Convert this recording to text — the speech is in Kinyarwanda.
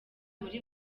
muri